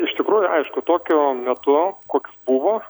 iš tikrųjų aišku tokiu metu koks buvo